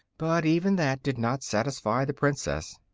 but even that did not satisfy the princess.